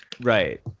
Right